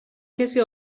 کسی